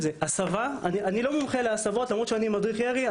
זה: אני לא מומחה להסבות למרות שאני מדריך ירי.